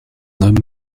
homme